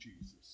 Jesus